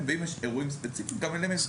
ואם יש אירועים ספציפיים גם אליהם נתייחס.